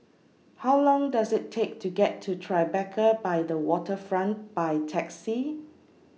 How Long Does IT Take to get to Tribeca By The Waterfront By Taxi